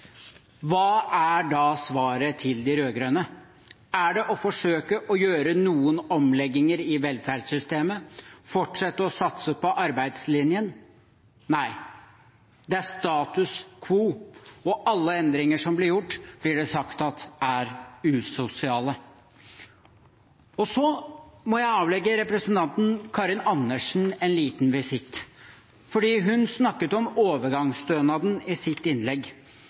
Hva er da svaret til de rød-grønne? Er det å forsøke å gjøre noen omlegginger i velferdssystemet, fortsette å satse på arbeidslinjen? Nei, det er status quo, og alle endringer som blir gjort, blir det sagt at er usosiale. Så må jeg avlegge representanten Karin Andersen en liten visitt, for hun snakket om overgangsstønaden i sitt innlegg,